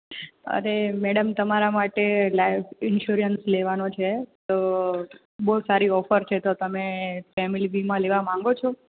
અરે મેડમ તમારા માટે લાઈફ ઈન્સ્યોરન્સ લેવાનો છે તો બહુ સારી ઓફર છે તો તમે ફેમિલી વીમો લેવા માગો છો